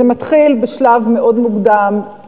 זה מתחיל בשלב מאוד מוקדם,